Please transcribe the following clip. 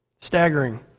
Staggering